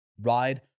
ride